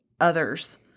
others